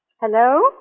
Hello